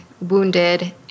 wounded